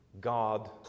God